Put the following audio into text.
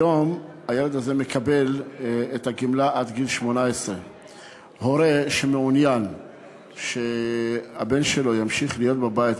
היום הילד הזה מקבל את הגמלה עד גיל 18. הורה שמעוניין שהבן שלו ימשיך להיות בבית,